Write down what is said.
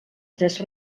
tres